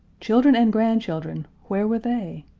children and grandchildren where were they?